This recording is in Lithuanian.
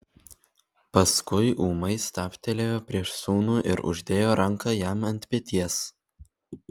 paskui ūmai stabtelėjo prieš sūnų ir uždėjo ranką jam ant peties